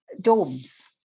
domes